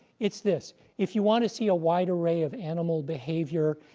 it's this. if you want to see a wide array of animal behavior,